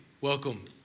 welcome